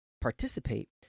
participate